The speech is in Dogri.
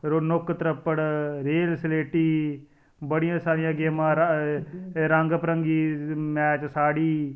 फिर ओह् नुक्क त्रप्पड़ रेल सलेटी बडि़यां सारियां गेमां रंग बरंगी मेच साढ़ी